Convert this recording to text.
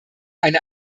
eine